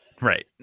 right